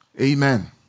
Amen